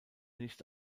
nicht